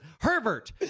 Herbert